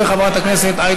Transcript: וגם חברת הכנסת סתיו שפיר,